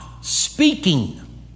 speaking